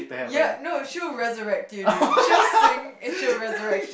ya no she'll resurrect till dude she'll sink and she'll resurrect